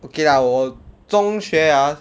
okay lah 我中学 ah